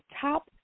top